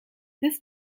this